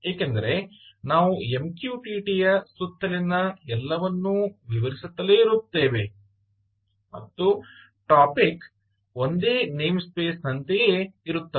ಏಕೆಂದರೆ ನಾವು MQTT ಯ ಸುತ್ತಲಿನ ಎಲ್ಲವನ್ನೂ ವಿವರಿಸುತ್ತಲೇ ಇರುತ್ತೇವೆ ಮತ್ತು ಟಾಪಿಕ್ ಒಂದೇ ನೇಮ್ಸ್ಪೇಸ್ನಂತೆಯೇ ಇರುತ್ತದೆ